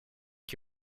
qui